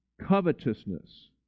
covetousness